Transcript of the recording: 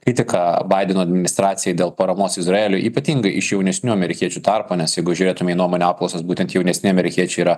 kritika badeno administracijai dėl paramos izraeliui ypatingai iš jaunesnių amerikiečių tarpo nes jeigu žiūrėtume į nuomonių apklausas būtent jaunesni amerikiečiai yra